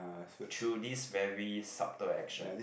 through this very subtle action